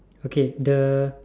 okay the